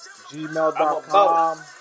Gmail.com